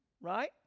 Right